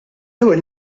ewwel